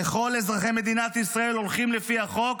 ככל אזרחי מדינת ישראל הולכים לפי החוק,